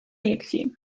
يكفي